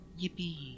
Yippee